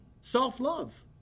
self-love